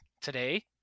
today